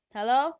Hello